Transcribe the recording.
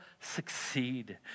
succeed